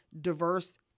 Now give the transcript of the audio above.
diverse